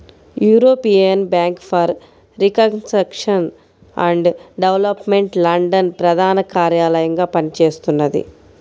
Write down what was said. European Bank for reconstruction and development London ప్రధాన కార్యాలయంగా పనిచేస్తున్నది